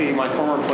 my former